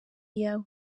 yawe